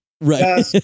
Right